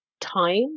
time